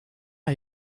are